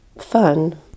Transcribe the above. fun